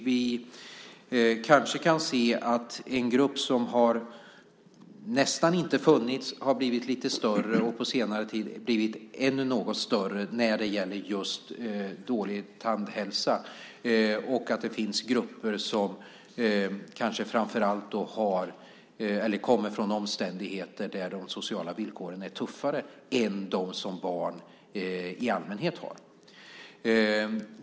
Vi kan se att en grupp som nästan inte har funnits har blivit större och på senare tid blivit ännu något större när det gäller just dålig tandhälsa och att det finns grupper som framför allt kommer från omständigheter där de sociala villkoren är tuffare än vad barn i allmänhet har.